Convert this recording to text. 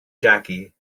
jackie